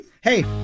Hey